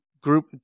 group